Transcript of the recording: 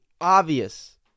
obvious